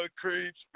creeps